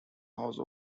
house